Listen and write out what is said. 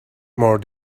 more